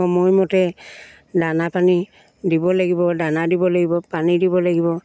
সময়মতে দানা পানী দিব লাগিব দানা দিব লাগিব পানী দিব লাগিব